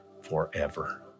forever